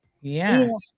Yes